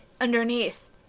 underneath